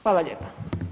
Hvala lijepa.